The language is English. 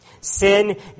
Sin